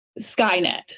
Skynet